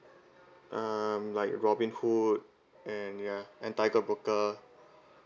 um like robinhood and ya and tiger broker